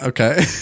Okay